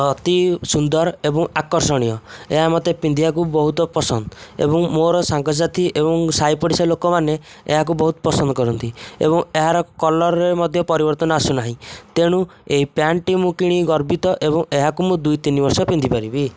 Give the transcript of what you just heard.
ଅତି ସୁନ୍ଦର ଏବଂ ଆକର୍ଷଣୀୟ ଏହା ମୋତେ ପିନ୍ଧିବାକୁ ବହୁତ ପସନ୍ଦ ଏବଂ ମୋର ସାଙ୍ଗସାଥି ଏବଂ ସାହି ପଡ଼ିଶା ଲୋକମାନେ ଏହାକୁ ବହୁତ ପସନ୍ଦ କରନ୍ତି ଏବଂ ଏହାର କଲର୍ରେ ମଧ୍ୟ ପରିବର୍ତ୍ତନ ଆସୁନାହିଁ ତେଣୁ ଏହି ପ୍ୟାଣ୍ଟ୍ଟି ମୁଁ କିଣି ଗର୍ବିତ ଏବଂ ଏହାକୁ ମୁଁ ଦୁଇ ତିନି ବର୍ଷ ପିନ୍ଧିପାରିବି